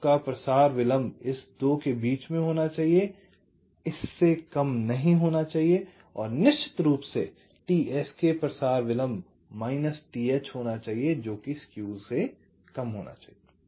आपका प्रसार विलंब इस 2 के बीच में होना चाहिए इस से कम नहीं होना चाहिए और निश्चित रूप से t sk प्रसार विलम्भ माइनस t h होना चाहिए जोकि स्केव से काम होना चाहिए